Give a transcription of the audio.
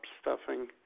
stuffing